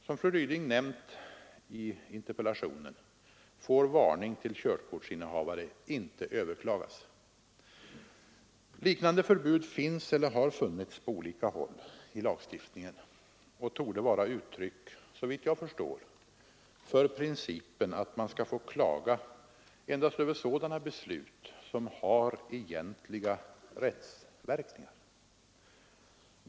Som fru Ryding nämnt i interpellationen får varning till körkortsinnehavare inte överklagas. Liknande förbud finns eller har funnits på olika håll i lagstiftningen och torde vara uttryck, såvitt jag förstår, för principen att man skall få klaga endast över sådana beslut som har egentliga rättsverkningar.